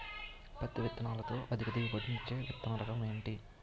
పత్తి విత్తనాలతో అధిక దిగుబడి నిచ్చే విత్తన రకం ఏంటి?